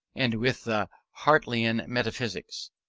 and with the hartleian metaphysics.